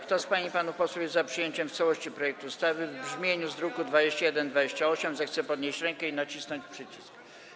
Kto z pań i panów posłów jest za przyjęciem w całości projektu ustawy w brzmieniu z druku nr 2128, zechce podnieść rękę i nacisnąć przycisk.